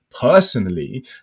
personally